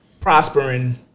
prospering